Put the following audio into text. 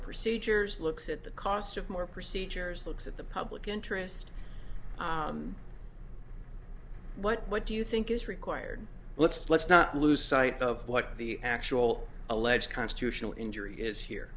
procedures looks at the cost of more procedures looks at the public interest what do you think is required let's let's not lose sight of what the actual alleged constitutional injury is here